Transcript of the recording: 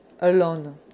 alone